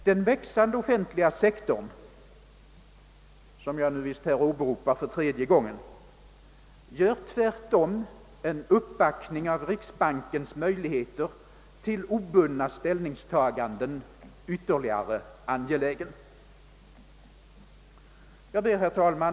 Den växande offentliga sektorn — som jag nu visst åberopar för tredje gången — gör tvärtom en uppbackning av riksbankens möjligheter till obundna ställningstaganden ytterligare angelägen. Herr talman!